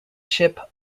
ship